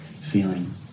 feeling